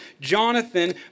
Jonathan